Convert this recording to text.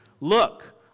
Look